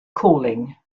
calling